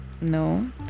no